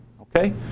Okay